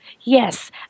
Yes